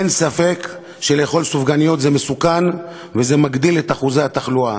אין ספק שלאכול סופגניות זה מסוכן וזה מגדיל את התחלואה,